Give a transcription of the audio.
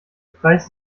preis